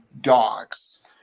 dogs